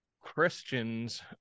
Christians